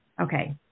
Okay